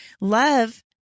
Love